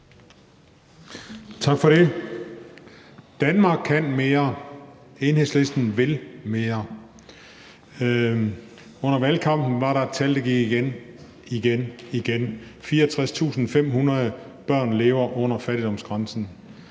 Tak for det. Danmark kan mere. Enhedslisten vil mere. Under valgkampen var der et tal, der gik igen og igen. 64.500 børn lever under fattigdomsgrænsen.